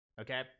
okay